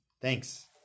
Thanks